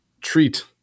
treat